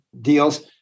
deals